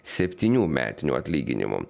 septynių metinių atlyginimų